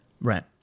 right